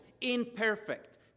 imperfect